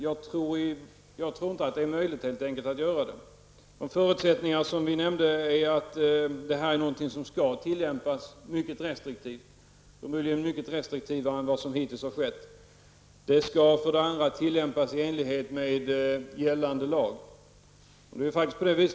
Jag tror dock inte att det är möjligt att göra det. En av de förutsättningar vi nämnde är att konvertering skall tillämpas mycket restriktivt, möjligen mycket restriktivare än vad som hittills har skett. Det skall tillämpas i enlighet med gällande lag.